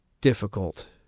difficult